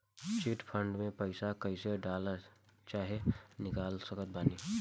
Chit fund मे पईसा कईसे डाल चाहे निकाल सकत बानी?